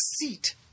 seat